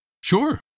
Sure